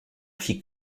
fit